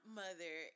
mother